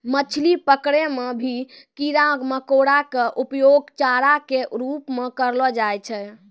मछली पकड़ै मॅ भी कीड़ा मकोड़ा के उपयोग चारा के रूप म करलो जाय छै